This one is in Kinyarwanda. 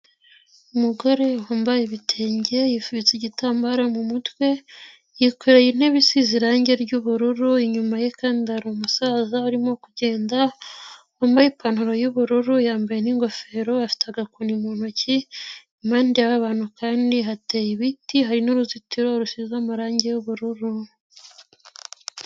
Umugore wambaye ibitenge yifubitse igitambaro mu mutwe yikoreye intebe isize irangi ry'ubururu, inyuma ye kandi haru umusaza urimo kugenda wambaye ipantaro y'ubururu yambaye n'igofero afite agakoni mu ntoki. impande y'aba bantu kandi hateye ibiti hari n'uruzitiro rusize amarangi y'ubururu.